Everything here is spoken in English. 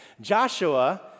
Joshua